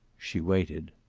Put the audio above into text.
she waited.